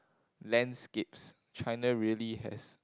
landscapes China really has